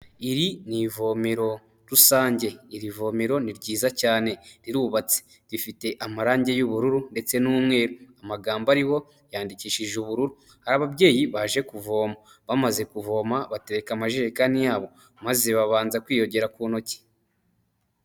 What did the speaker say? Iri ni ivomero rusange, iri vomero ni ryiza cyane rirubatse rifite amarangi y'ubururu ndetse n'umweru, amagambo ariho yandikishije ubururu, hari ababyeyi baje kuvoma bamaze kuvoma batereka amajerekani yabo, maze babanza kwiyongera ku ntoki.